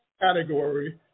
category